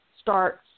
starts